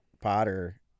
Potter